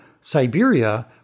Siberia